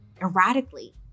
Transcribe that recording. erratically